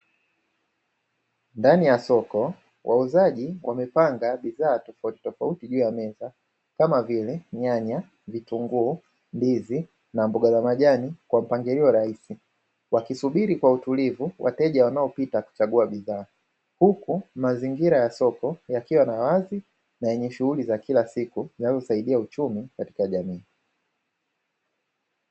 Ndani ya soko wauzaji wamepanga bidhaa tofauti tofauti juu ya meza kama vile nyanya, vitunguu, ndizi na mboga za majani kwa mpangilio rahisi. Wakisubiri kwa utulivu wateja wanaopita kuchagua bidhaa, huku mazingira ya soko yakiwa na wazi na yenye shughuli za kila siku zinazosaidia uchumi katika jamii.